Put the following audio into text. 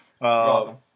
welcome